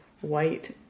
white